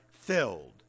filled